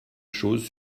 chose